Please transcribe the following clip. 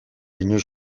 inoiz